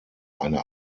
eine